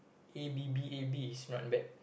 A B B A B is not bad